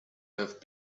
have